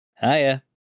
Hiya